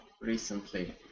recently